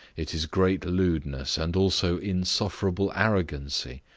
it is great lewdness, and also insufferable arrogancy,